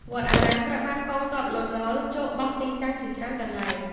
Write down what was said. វត្តអារាមត្រូវបានកងទ័ព លន់ នល់ ចូលបោះទីតាំងជាច្រើនកន្លែង ។